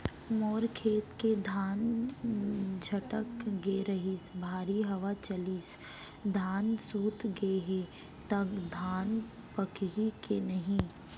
मोर खेत के धान छटक गे रहीस, भारी हवा चलिस, धान सूत गे हे, त धान पाकही के नहीं?